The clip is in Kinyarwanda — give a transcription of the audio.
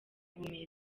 ubumera